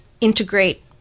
integrate